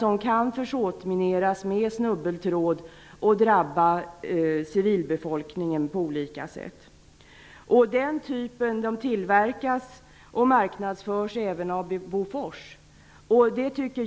De kan försåtmineras med snubbeltråd och drabba civilbefolkningen på olika sätt. Den typen tillverkas och marknadsförs även av Bofors.